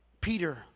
Peter